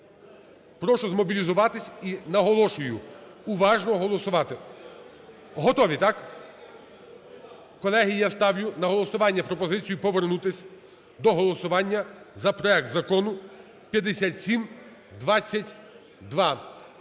прошу змобілізуватись і, наголошую, уважно голосувати. Готові, так? Колеги, я ставлю на голосування пропозицію повернутись до голосування за проект Закону 5722.